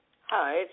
Hi